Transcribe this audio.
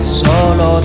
solo